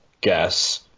guess